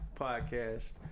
podcast